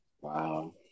Wow